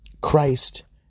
Christ